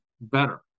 better